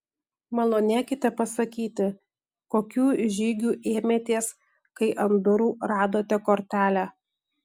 malonėkite pasakyti kokių žygių ėmėtės kai ant durų radote kortelę